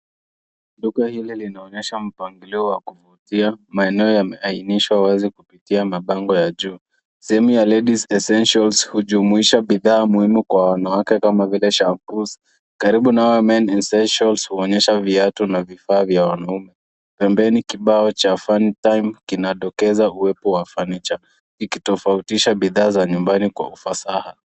Duka hili linaonyesha mpangilio wa kuvutia, maeneo yameainishwa wazi kupitia mabango ya juu. Sehemu ya ladies essentials hujumuisha bidhaa muhimu kwa wanawake kama vile shampu, karibu nawe mens essentials huonyesha viatu na vifaa vya wanaume. Pembeni kibao cha funtime kinadokeza uwepo wa fanicha ikitofautisha bidhaa za nyumbani kwa ufasaha.